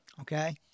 Okay